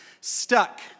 stuck